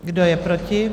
Kdo je proti?